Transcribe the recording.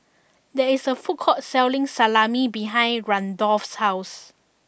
there is a food court selling Salami behind Randolph's house